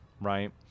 right